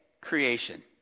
creation